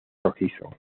rojizo